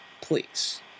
Please